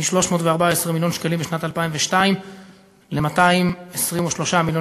מ-314 מיליון שקלים בשנת 2002 ל-223 מיליון